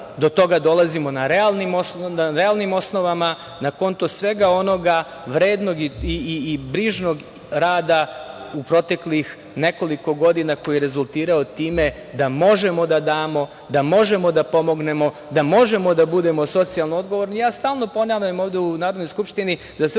dolazimo na realnim osnovama na konto svega onoga vrednog i brižnog rada u proteklih nekoliko godina koji je rezultirao time da možemo da damo, da možemo da pomognemo, da možemo da budemo socijalno odgovorni. Stalno ponavljam ovde u Narodnoj skupštini